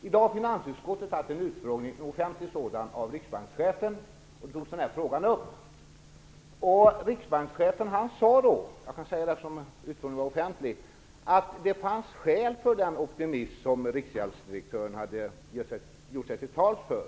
I dag har finansutskottet haft en offentlig utfrågning av riksbankschefen, och då togs den här frågan upp. Riksbankschefen sade då - jag kan säga det, eftersom utfrågningen var offentlig - att det fanns skäl för den optimism som riksgäldsdirektören hade gjort sig till tal för.